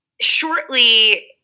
Shortly